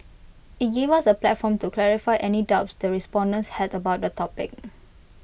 IT gave us A platform to clarify any doubts the respondents had about the topic